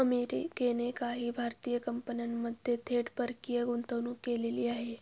अमेरिकेने काही भारतीय कंपन्यांमध्ये थेट परकीय गुंतवणूक केलेली आहे